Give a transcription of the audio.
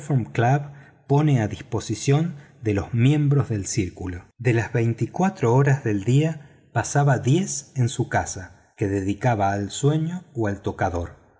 club pone a disposición de los miembros del círculo de las veinticuatro horas del día pasaba diez en su casa que dedicaba al sueño o al tocador